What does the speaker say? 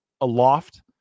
aloft